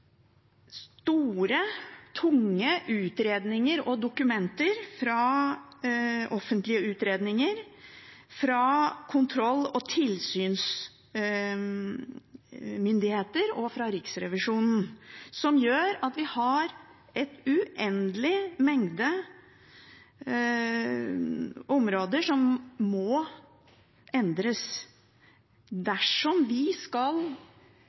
store, tunge utredninger og dokumenter fra offentlige utredninger, fra kontroll- og tilsynsmyndigheter og fra Riksrevisjonen som gjør at vi har et uendelig antall områder som må endres dersom vi skal